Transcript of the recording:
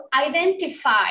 identify